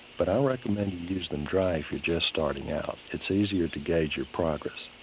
but i recommend you use them dry if you're just starting out. it's easier to gauge your progress.